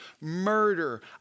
Murder